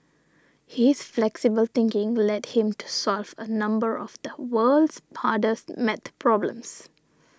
his flexible thinking led him to solve a number of the world's hardest math problems